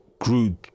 grew